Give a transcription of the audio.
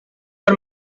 for